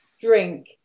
drink